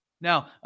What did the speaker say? Now